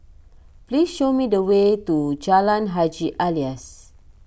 please show me the way to Jalan Haji Alias